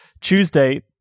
Tuesday